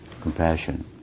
compassion